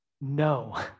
No